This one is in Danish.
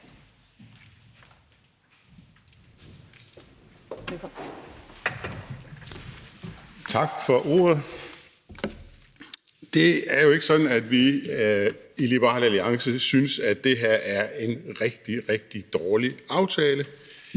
Tak for ordet. Det er jo ikke sådan, at vi i Liberal Alliance synes, at det her er en rigtig, rigtig dårlig aftale.